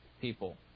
people